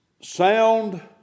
sound